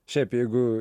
šiaip jeigu